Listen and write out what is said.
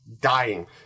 dying